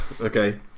Okay